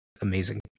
amazing